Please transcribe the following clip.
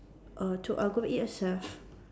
err to upgrade yourself